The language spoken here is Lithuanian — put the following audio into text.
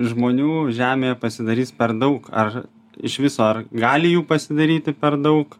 žmonių žemėje pasidarys per daug ar iš viso ar gali jų pasidaryti per daug